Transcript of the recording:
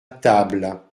table